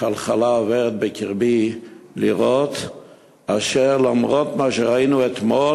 חלחלה עוברת בקרבי לראות שלמרות מה שראינו אתמול,